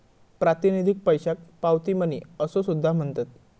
प्रातिनिधिक पैशाक पावती मनी असो सुद्धा म्हणतत